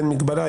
אין מגבלה?